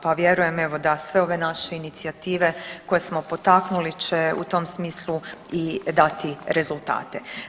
Pa vjerujem evo da sve ove naše inicijative koje smo potaknuli će u tom smislu i dati rezultate.